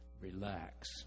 relax